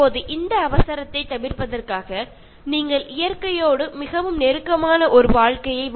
ഈ തിരക്ക് ഒഴിവാക്കുന്നതിനായി നിങ്ങൾ പ്രകൃതിയോട് ഇണങ്ങി ജീവിക്കാൻ ശീലിക്കണം